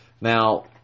Now